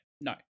No